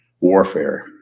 warfare